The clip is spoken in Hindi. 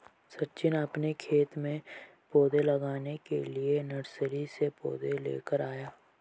सचिन अपने खेत में पौधे लगाने के लिए नर्सरी से पौधे लेकर आया